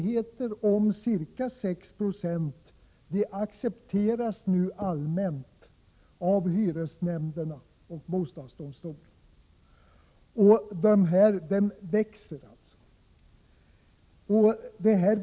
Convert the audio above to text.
Hyror som är ca 6 96 högre accepteras nu allmänt av hyresnämnderna och bostadsdomstolen. Nivåerna ökar alltså.